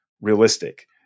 realistic